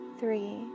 three